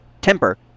temper